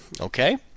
Okay